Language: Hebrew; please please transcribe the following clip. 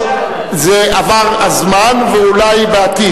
עבר הזמן ואולי בעתיד,